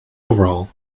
overhaul